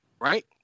Right